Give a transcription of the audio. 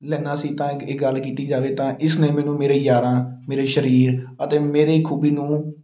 ਲੈਂਦਾ ਸੀ ਤਾਂ ਇੱਕ ਇਹ ਗੱਲ ਕੀਤੀ ਜਾਵੇ ਤਾਂ ਇਸ ਨੇ ਮੈਨੂੰ ਮੇਰੇ ਯਾਰਾਂ ਮੇਰੇ ਸਰੀਰ ਅਤੇ ਮੇਰੀ ਖੂਬੀ ਨੂੰ